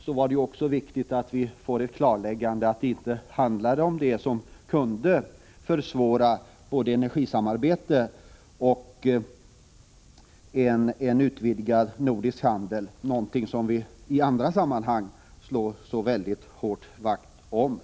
så fall är det viktigt med ett klarläggande av att det inte handlade om något som kunde försvåra energisamarbetet och en utvidgad nordisk handel, någonting som vi i andra sammanhang så väldigt gärna slår vakt om.